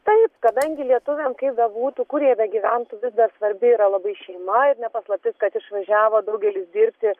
taip kadangi lietuviam kaip bebūtų kur jie begyventų vis dar svarbi yra labai šeima ir ne paslaptis kad išvažiavo daugelis dirbti